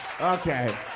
Okay